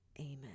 Amen